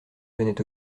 venait